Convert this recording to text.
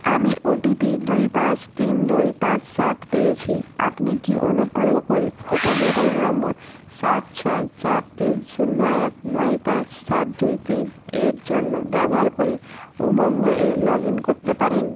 আমি ওটিপি দুই পাঁচ তিন দুই পাঁচ সাত পেয়েছি আপনি কি অনুগ্রহ করে সেটা মোবাইল নম্বর সাত ছয় চার তিন শূন্য এক নয় পাঁচ সাত দুই তিন এর জন্য ব্যবহার করে উমঙে লগ ইন করতে পারেন